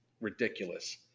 ridiculous